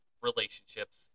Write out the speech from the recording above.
relationships